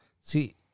See